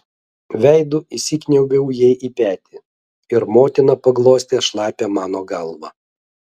veidu įsikniaubiau jai į petį ir motina paglostė šlapią mano galvą